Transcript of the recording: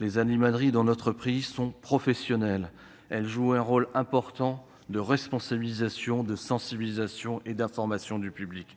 Les animaleries dans notre pays sont professionnelles. Elles jouent un rôle important de responsabilisation, de sensibilisation et d'information du public.